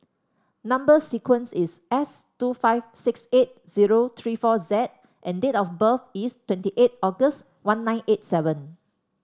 number sequence is S two five six eight zero three four Z and date of birth is twenty eight August one nine eight seven